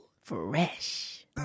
fresh